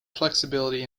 flexibility